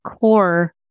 core